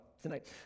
tonight